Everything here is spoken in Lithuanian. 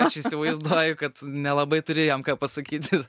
aš įsivaizduoju kad nelabai turi jam ką pasakyti